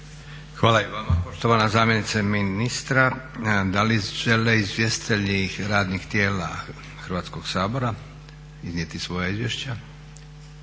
Hvala i vama poštovana zamjenice ministra. Da li žele izvjestitelji radnih tijela Hrvatskog sabora iznijeti svoja izvješća?